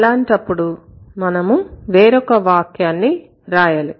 అలాంటప్పుడు మనము వేరొక వాక్యాన్ని రాయాలి